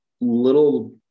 little